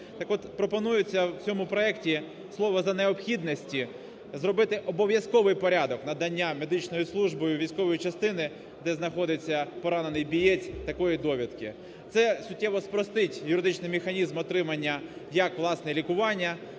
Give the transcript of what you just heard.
слово "за необхідності" зробити обов'язковий порядок надання медичною службою військової частини, де знаходиться поранений боєць, такої довідки. Це суттєво спростить юридичний механізм отримання як власне лікування,